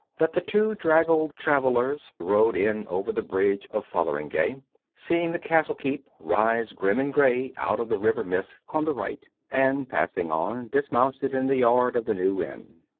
that the two draggled travellers rode in over the bridge of fotheringay, seeing the castle-keep rise grim and grey out of the river-mists on the right and, passing on, dismounted in the yard of the new inn.